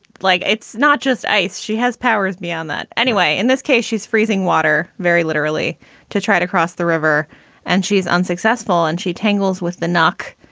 like, it's not just ice. she has powers beyond that anyway. in this case, she's freezing water very literally to try to cross the river and she's unsuccessful and she tangles with the nuck,